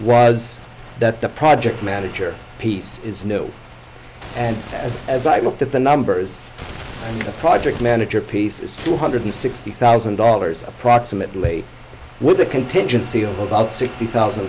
was that the project manager piece is new and as i looked at the numbers the project manager piece is two hundred sixty thousand dollars approximately with a contingency of about sixty thousand